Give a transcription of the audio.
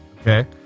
Okay